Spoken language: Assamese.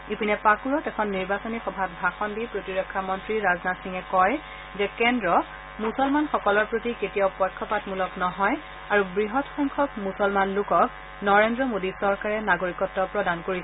ইপিনে পাকুৰত এখন নিৰ্বাচনী সভাত ভাষণ দি প্ৰতিৰক্ষা মন্ত্ৰী ৰাজনাথ সিঙে কয় যে কেন্দ্ৰই মুছলমানসকলৰ প্ৰতি কেতিয়াও পক্ষপাতমূলক নহয় আৰু বৃহৎ সংখ্যক মুছলমান লোকক নৰেন্দ্ৰ মোডী চৰকাৰে নাগৰিকত্ব প্ৰদান কৰিছে